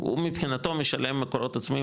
הוא מבחינתו משלם מקורות עצמיים,